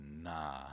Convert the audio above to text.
Nah